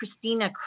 Christina